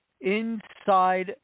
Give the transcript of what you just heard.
inside